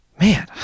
man